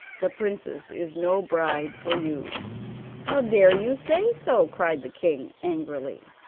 the princess is no bride for you how dare you say so cried the king angrily.